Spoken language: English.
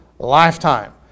lifetime